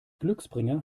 glücksbringer